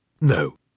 No